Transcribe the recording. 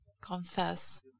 confess